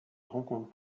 rencontre